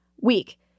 Weak